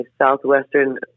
Southwestern